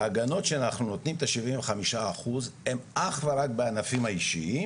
ההגנות שאנחנו נותנים את השבעים וחמישה אחוז הם אך ורק בענפים האישיים.